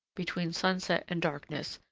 between sunset and darkness,